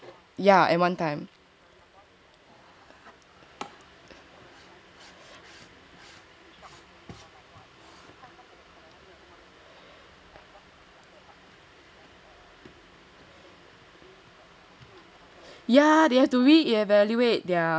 ya at one time